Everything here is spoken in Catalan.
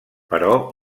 però